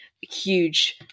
huge